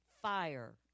fire